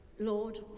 Lord